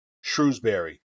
Shrewsbury